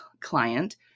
client